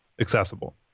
accessible